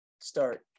start